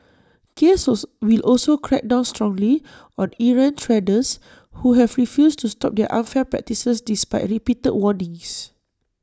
case also will also crack down strongly on errant traders who have refused to stop their unfair practices despite repeated warnings